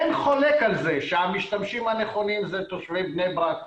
אין חולק על זה שהמשתמשים הנכונים זה תושבי בני ברק.